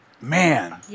man